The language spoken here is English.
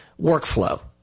workflow